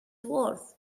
worth